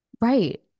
Right